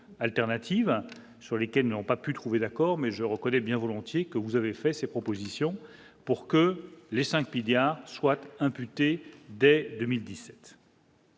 sur lesquels n'ont pas pu trouver d'accord mais je reconnais bien volontiers que vous avez fait ses propositions pour que les 5 milliards soit imputée dès 2017.